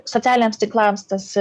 socialiniams tinklams tas